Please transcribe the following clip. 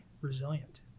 resilient